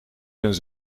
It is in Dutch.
ben